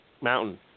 mountain